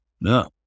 no